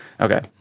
Okay